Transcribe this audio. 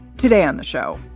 today on the show,